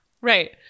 Right